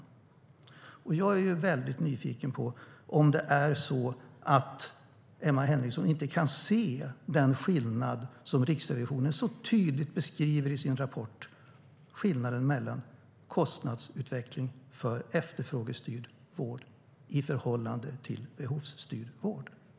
Jag är väldigt nyfiken på om det är så att Emma Henriksson inte kan se den skillnad som Riksrevisionen så tydligt beskriver i sin rapport: skillnaden i kostnadsutveckling mellan efterfrågestyrd vård och behovsstyrd vård.